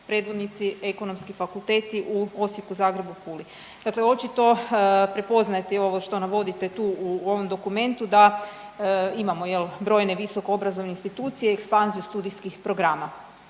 predvodnici Ekonomski fakulteti u Osijeku, Zagrebu, Puli. Dakle, očito prepoznajete i ovo što navodite tu u ovom dokumentu da imamo brojne visoko obrazovne institucije, ekspanziju studijskih programa.